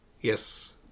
Yes